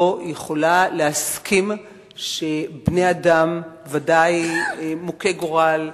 לא יכולה להסכים שבני-אדם, ודאי מוכי גורל,